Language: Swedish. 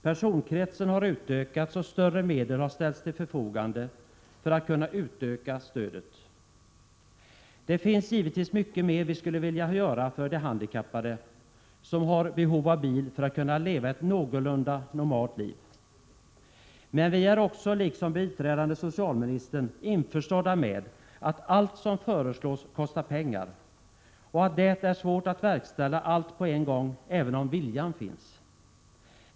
Personkretsen har utökats och större medel har ställts till förfogande för att kunna utöka stödet. Det finns givetvis mycket mer vi skulle vilja göra för de handikappade som har behov av bil för att kunna leva ett någorlunda normalt liv. Men vi är också liksom biträdande socialministern införstådda med att allt som föreslås kostar pengar och att det är svårt att verkställa allt på en gång, även om viljan finns.